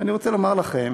ואני רוצה לומר לכם